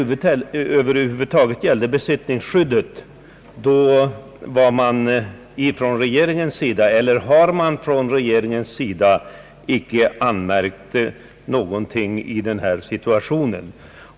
När det gäller besittningsskyddet har man från regeringens sida över huvud taget icke anmärkt någonting i denna situation.